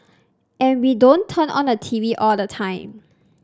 and we don't turn on the T V all the time